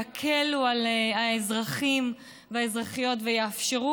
יקלו על האזרחים והאזרחיות ויאפשרו